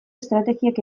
estrategiak